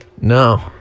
No